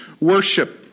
worship